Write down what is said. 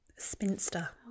Spinster